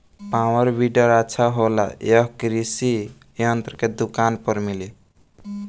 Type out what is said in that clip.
Power weeder अच्छा होला यह कृषि यंत्र के दुकान पर मिली?